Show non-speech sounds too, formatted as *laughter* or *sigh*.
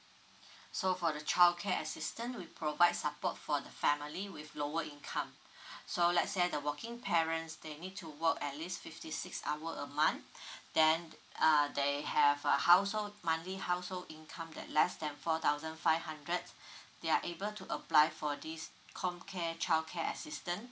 *breath* so for the childcare assistance we provide support for the family with lower income *breath* so let say the working parents they need to work at least fifty six hour a month *breath* then uh they have a household monthly household income that less than four thousand five hundred *breath* they are able to apply for this comcare childcare assistance